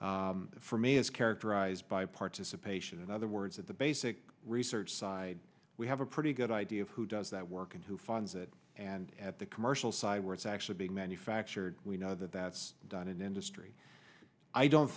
for me is characterized by participation in other words at the basic research side we have a pretty good idea of who does that work and who funds it and at the commercial side where it's actually being manufactured we know that that's done in industry i don't